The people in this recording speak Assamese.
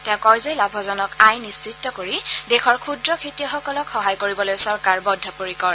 তেওঁ কয় যে লাভজনক আয় নিশ্চিত কৰি দেশৰ ক্ষুদ্ৰ খেতিয়কসকলক সহায় কৰিবলৈ চৰকাৰ বদ্ধপৰিকৰ